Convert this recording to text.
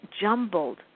jumbled